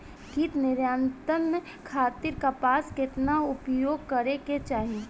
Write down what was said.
कीट नियंत्रण खातिर कपास केतना उपयोग करे के चाहीं?